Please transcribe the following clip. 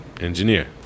engineer